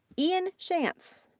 ian schantz.